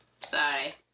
Sorry